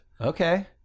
Okay